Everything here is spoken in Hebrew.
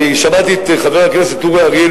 שמעתי את חבר הכנסת אורי אריאל,